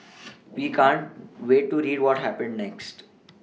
we can't wait to read what happens next